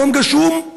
ביום גשום.